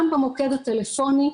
היא בכתה לי בטלפון,